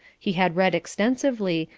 he had read extensively,